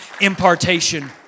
impartation